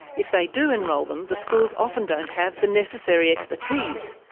if they do enrol them, the schools often don't have the necessary expertise.